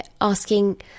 asking